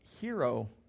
hero